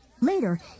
Later